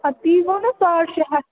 اَد تی گوٚو نَہ ساڑ شےٚ ہَتھ